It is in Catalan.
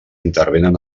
intervenen